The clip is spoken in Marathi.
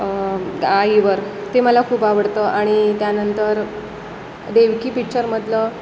द आईवर ते मला खूप आवडतं आणि त्यानंतर देवकी पिक्चरमधलं